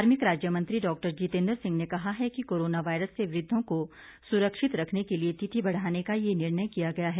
कार्मिक राज्यमंत्री डॉक्टर जितेन्द्र सिंह ने कहा है कि कोरोना वायरस से वृद्धों को सुरक्षित रखने के लिए तिथि बढ़ाने का ये निर्णय किया गया है